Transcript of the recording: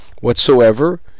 whatsoever